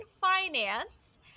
finance